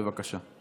בבקשה.